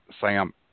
Sam